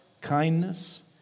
kindness